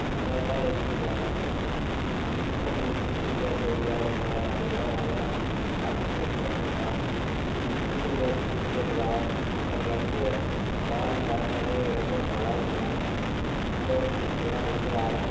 அதனால தான் அதை விரும்புகிறேன் நீங்களும் உங்களுக்கு பிடிச்ச விளையாட்டை விளையாடுங்க அதையெல்லாம் நல்லா பார்ட்டிஸ்பேட் பண்ணுங்க எனக்கு பிடிச்ச விளையாட்டு கிரிக்கெட்டு தான் அதில் அடிக்கிற பால் பார்த்தாலே ரொம்ப நல்லாயிருக்கும் ஃபோர் சிக்ஸ் எல்லாம் அடிக்கலாம்